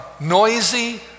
noisy